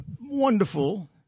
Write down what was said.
wonderful